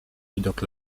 widok